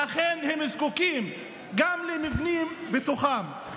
ואכן הם זקוקים גם למבנים בתוכם.